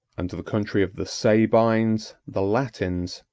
and the country of the sabines, the latins,